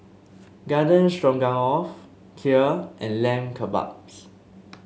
Garden Stroganoff Kheer and Lamb Kebabs